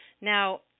Now